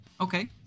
Okay